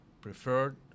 preferred